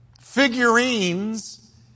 figurines